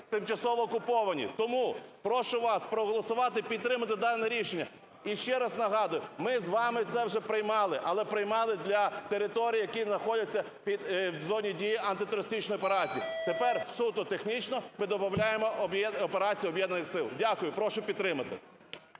тимчасово окупованій. Тому прошу вас проголосувати, підтримати дане рішення. І ще раз нагадую, ми з вами це вже приймали, але приймали для територій, які знаходяться в зоні дій антитерористичної операції. Тепер суто технічно ми добавляємо "операції Об'єднаних сил". Дякую. Прошу підтримати.